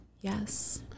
Yes